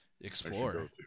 explore